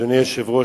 אדוני היושב-ראש,